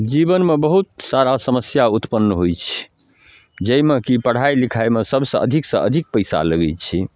जीवनमे बहुत सारा समस्या उत्पन्न होइ छै जाहिमेकि पढ़ाइ लिखाइमे सबसँ अधिकसँ अधिक पइसा लगै छै